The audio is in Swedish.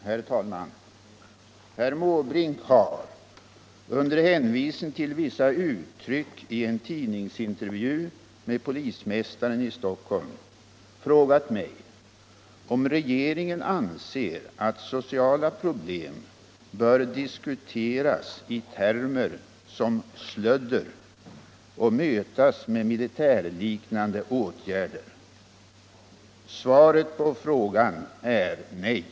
20, och anförde: Herr talman! Herr Måbrink har - under hänvisning till vissa uttryck i en tidningsintervju med polismästaren i Stockholm — frågat mig om Om formerna för ingripanden mot sociala problem ingripanden mot sociala problem regeringen anser att sociala problem bör diskuteras i termer som ”slödder” och mötas med militärliknande åtgärder. Svaret på frågan är nej.